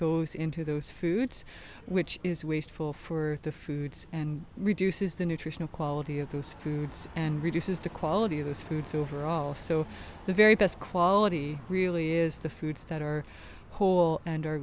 goes into those foods which is wasteful for the foods and reduces the nutritional quality of those foods and reduces the quality of those foods overall so the very best quality really is the foods that are whole and